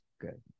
Good